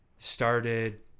Started